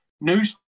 news